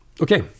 okay